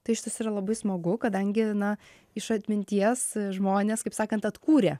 tai šitas yra labai smagu kadangi na iš atminties žmonės kaip sakant atkūrė